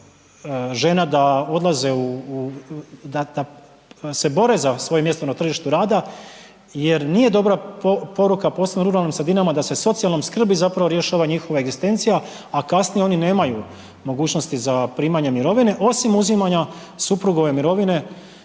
u da se bore za svoje mjesto na tržištu rada jer nije dobra poruka posebno u ruralnim sredinama da se socijalnom skrbi zapravo rješava njihova egzistencija, a kasnije oni nemaju mogućnosti za primanje mirovine osim uzimanja suprugove mirovine